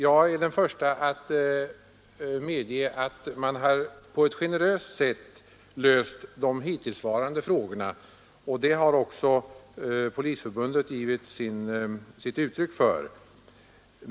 Jag är den förste att medge att man på ett generöst sätt har löst de hittillsvarande problemen, och det har också Polisförbundet uttryckt sin glädje över.